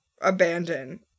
abandon